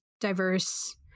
diverse